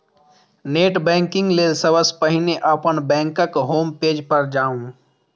net banking लेल सबसं पहिने अपन बैंकक होम पेज पर जाउ